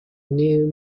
new